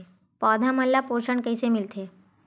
पौधा मन ला पोषण कइसे मिलथे?